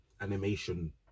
animation